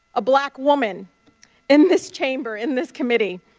a black woman in this chamber in this committee.